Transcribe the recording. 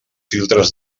filtres